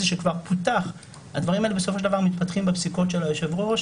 זה שהדברים האלה בסופו של דבר מתפתחים בפסיקות של היושב-ראש.